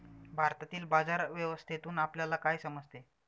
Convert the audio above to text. भारतातील बाजार व्यवस्थेतून आपल्याला काय समजते?